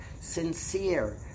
sincere